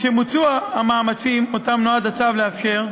משמוצו המאמצים שנועד הצו לאפשר,